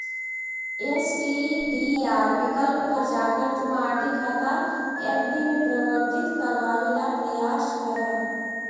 STDR विकल्प पर जाकर तुम आर.डी खाता एफ.डी में परिवर्तित करवावे ला प्रायस करा